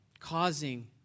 Causing